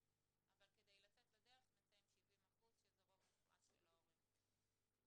כדי לצאת לדרך נצא עם 70% שזה רוב מוחלט של הורי הגן.